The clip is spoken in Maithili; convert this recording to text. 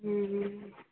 हूँ